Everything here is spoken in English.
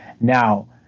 Now